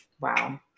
Wow